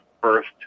first